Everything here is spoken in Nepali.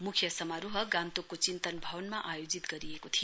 मुख्य समारोह गान्तोकको चिन्तन भवनमा आयोजित गरिएको थियो